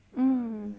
mm